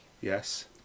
Yes